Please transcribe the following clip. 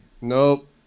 Nope